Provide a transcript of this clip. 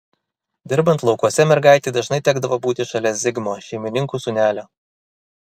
dirbant laukuose mergaitei dažnai tekdavo būti šalia zigmo šeimininkų sūnelio